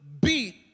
beat